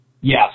Yes